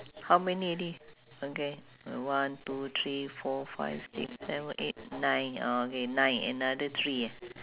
how many already okay one two three four five six seven eight nine okay nine another three